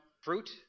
fruit